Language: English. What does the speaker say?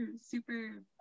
super